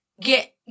get